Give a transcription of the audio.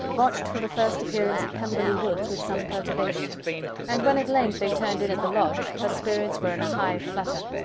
watched for the first appearance of pemberley woods with some perturbation and when at length they turned in at the lodge, her spirits were in a high flutter.